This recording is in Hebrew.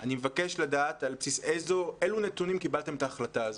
אני מבקש לדעת בסיס אילו נתונים קיבלתם את ההחלטה הזאת.